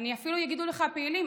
אפילו יגידו לך הפעילים,